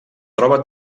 troba